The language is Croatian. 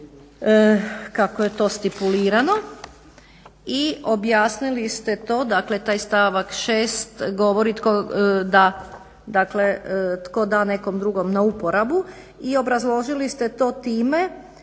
kako je to stipulirano i objasnili ste to, dakle taj stavak 6. govori tko da nekom drugom na uporabu i obrazložili ste to time